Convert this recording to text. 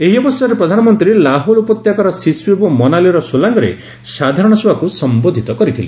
ଏହି ଅବସରରେ ପ୍ରଧାନମନ୍ତ୍ରୀ ଲାହୋଲ ଉପତ୍ୟକାର ସିସ୍କୁ ଏବଂ ମନାଲିର ସୋଲାଙ୍ଗରେ ସାଧାରଣ ସଭାକୁ ସମ୍ବୋଧୂତ କରିଥିଲେ